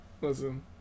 listen